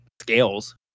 scales